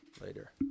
later